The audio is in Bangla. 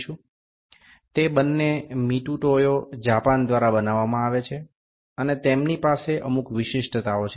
এগুলি উভয়ই জাপানের মিতুটোও দ্বারা তৈরি এবং তাদের কিছু নির্দিষ্ট বৈশিষ্ট্য রয়েছে